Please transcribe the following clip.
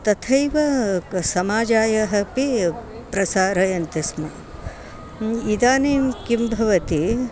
तथैवा क् समाजाय अपि प्रसारयन्ति स्म इदानीं किं भवति